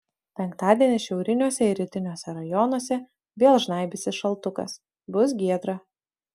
penktadienį šiauriniuose ir rytiniuose rajonuose vėl žnaibysis šaltukas bus giedra